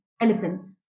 elephants